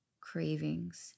cravings